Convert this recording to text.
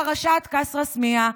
פרשת כסרא-סמיע,